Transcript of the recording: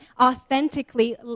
authentically